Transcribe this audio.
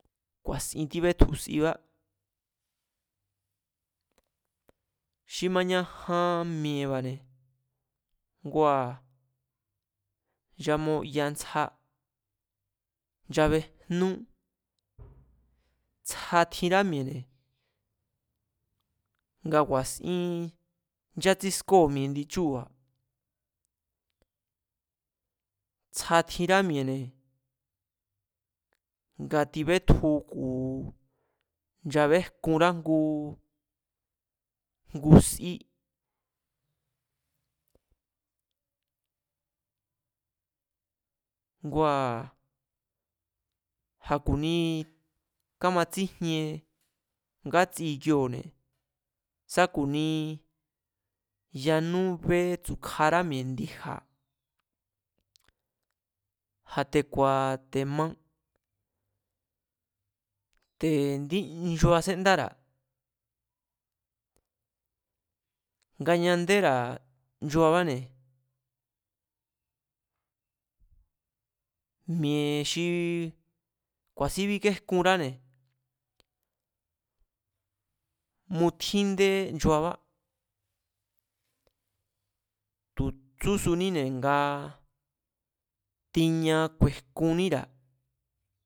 Ku̱a̱sin tíbetju sibá. xi mañajan mi̱e̱ba̱ne̱, nchamoya ntsja, nchabejñú, tsja tjínrá mi̱e̱ne̱, nga ku̱a̱sin nchátsískóo̱mi̱e̱ kjindi chúu̱ba̱, tsja tjinrá mi̱e̱ne̱, nga tibétju ku̱ nchabéjkunrá ngu sí. Ngua̱ a̱ kuní kámatsíjien ngátsi ikioo̱ne̱ sá ku̱ni yanú bétsu̱kjará mi̱e̱ ndi̱ja̱ a̱ te̱ ku̱a̱tema, te̱ indí nchua séndára̱, ngañandéra̱ nchuabáne̱ mi̱e̱ xi ku̱a̱sín bíkéjkunráne̱ mutjíndé nchuabá, tu̱ tsúsuníne̱ nga tiña ku̱e̱jkunníra̱